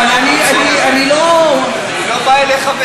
כן, אני לא, אני לא בא אליך בטענות.